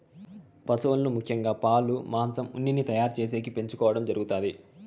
పసువులను ముఖ్యంగా పాలు, మాంసం, ఉన్నిని తయారు చేసేకి పెంచుకోవడం జరుగుతాది